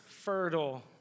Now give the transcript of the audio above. fertile